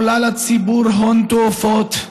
העולה לציבור הון תועפות,